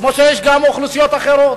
כמו שיש גם באוכלוסיות אחרות.